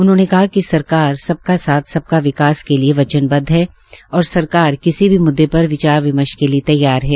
उन्होंन कहा कि सरकार सबका साथ सबका विकास के लिये वचनबद्ध है और सरकार किसी भी मुददे पर विचार विमर्श के लिये तैयार है